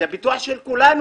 זה ביטוח של כולנו.